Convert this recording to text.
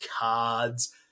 cards